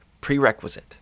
prerequisite